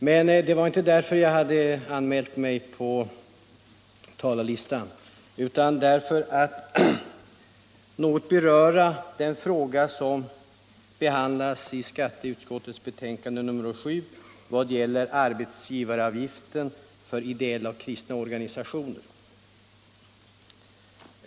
Men det var inte därför jag hade antecknat mig på talarlistan, utan det var för att något beröra den fråga som behandlas i skatteutskottets betänkande nr 7 i vad gäller arbetsgivaravgiften för ideella och kristna organisationer.